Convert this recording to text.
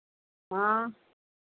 हाँ